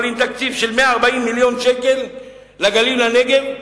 אבל עם תקציב של 140 מיליון שקל לגליל ולנגב,